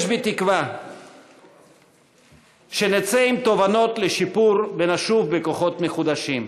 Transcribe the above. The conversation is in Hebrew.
יש בי תקווה שנצא עם תובנות לשיפור ונשוב בכוחות מחודשים,